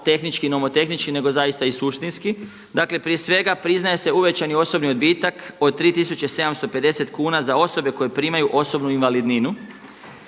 tehnički i nomotehnički nego zaista i suštinski. Dakle prije sve priznaje se uvećani osobni odbitak od 3.750 kuna za osobe koje primaju osobnu invalidninu.